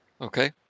Okay